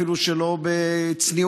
אפילו שלא בצניעות,